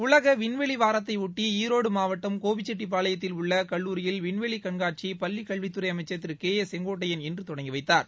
உலக விண்வெளி வாரத்தையொட்டி ஈரோடு மாவட்டம் கோபிச்செட்டிப்பாளையத்தில் உள்ள கல்லூரியில் விண்வெளி கண்காட்சியய பள்ளிக் கல்வித்துறை அமைச்சள் திரு கே ஏ செங்கோட்டையன் இன்று தொடங்கி வைத்தார்